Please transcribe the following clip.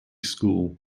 school